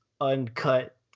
uncut